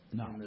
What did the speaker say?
no